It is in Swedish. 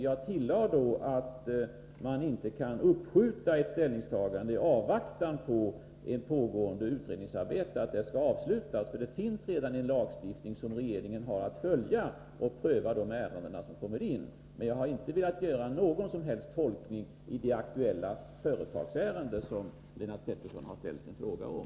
Jag tillade vidare att man inte kan uppskjuta ett ställningstagande i avvaktan på att ett pågående utredningsarbete skall avslutas. Det finns alltså redan en lagstiftning som regeringen har att följa, enligt vilken regeringen skall pröva de ärenden som kommer in. Jag har emellertid inte velat göra någon som helst tolkning i det aktuella företagsärende som Lennart Pettersson har ställt en fråga om.